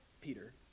Peter